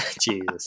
Jesus